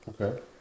okay